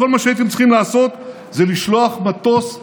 כל מה שהייתם צריכים לעשות זה לשלוח מטוס,